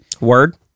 Word